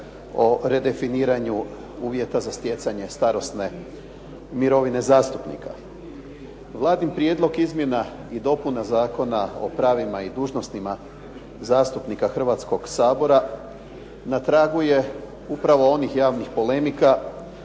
o redefiniranju uvjeta za stjecanje starosne mirovine zastupnika. Vladin prijedlog Izmjena i dopuna zakona o pravima i dužnostima zastupnika Hrvatskoga sabora na tragu je upravo onih javnih polemika